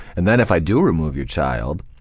and then if i do remove your child,